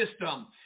system